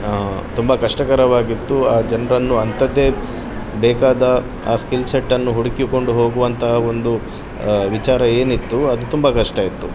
ತುಂಬ ಕಷ್ಟಕರವಾಗಿತ್ತು ಆ ಜನರನ್ನು ಅಂಥದ್ದೇ ಬೇಕಾದ ಆ ಸ್ಕಿಲ್ ಸೆಟ್ಟನ್ನು ಹುಡುಕಿಕೊಂಡು ಹೋಗುವಂತಹ ಒಂದು ವಿಚಾರ ಏನಿತ್ತು ಅದು ತುಂಬ ಕಷ್ಟ ಇತ್ತು